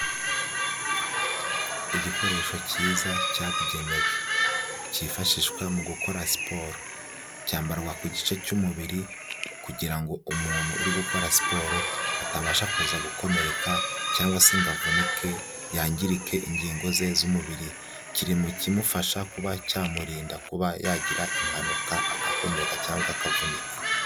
Igikoresho cyiza, cyabugenewe. Cyifashishwa mu gukora siporo. Cyambarwa ku gice cy'umubiri kugira ngo umuntu uri gukora siporo atabasha kuza gukomereka cyangwa se ngo avunike, yangirike ingingo ze z'umubiri. Kiri mu kimufasha kuba cyamurinda kuba yagira impanuka, agakomereka cyangwa akavunika.